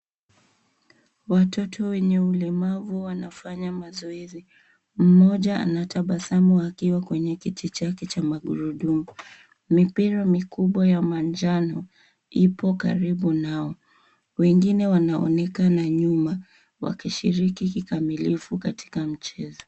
Watoto wenye ulamavu wanafanya mazoezi. Mmoja anatabasamu akiwa kwenye kiti chake cha magurudumu. Mipira mikubwa ya manjano ipo karibu nao. Wengine wanaonekana nyuma wakishiriki kikamilifu katika mchezo.